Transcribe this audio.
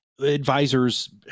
Advisors